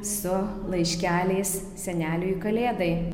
su laiškeliais seneliui kalėdai